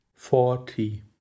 Forty